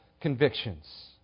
convictions